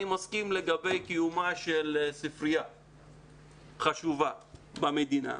אני מסכים לגבי קיומה של ספריה חשובה במדינה,